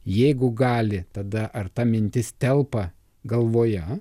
jeigu gali tada ar ta mintis telpa galvoje